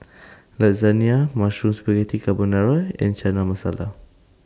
Lasagne Mushroom Spaghetti Carbonara and Chana Masala